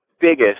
biggest